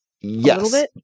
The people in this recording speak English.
Yes